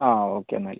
ആ ഓക്കെ എന്നായാലും